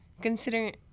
Considering